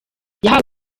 yahawe